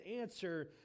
answer